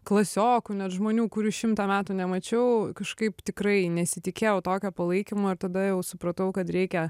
klasiokų net žmonių kurių šimtą metų nemačiau kažkaip tikrai nesitikėjau tokio palaikymo ir tada jau supratau kad reikia